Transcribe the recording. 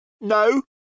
No